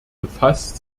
befasst